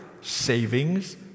savings